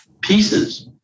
pieces